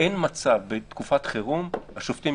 הצעת חוק קיום דיונים באמצעים טכנולוגיים (הוראת שעה